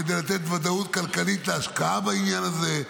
כדי לתת ודאות כלכלית להשקעה בעניין הזה.